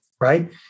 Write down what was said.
right